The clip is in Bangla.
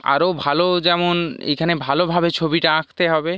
আরও ভালো যেমন এইখানে ভালোভাবে ছবিটা আঁকতে হবে